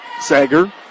Sager